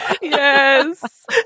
yes